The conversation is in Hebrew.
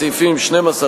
סעיפים 12,